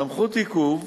סמכות עיכוב,